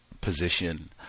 position